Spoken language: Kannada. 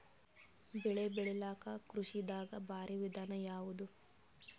ಬೆಳೆ ಬೆಳಿಲಾಕ ಕೃಷಿ ದಾಗ ಭಾರಿ ವಿಧಾನ ಯಾವುದು?